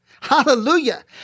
Hallelujah